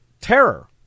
terror